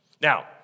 Now